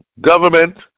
government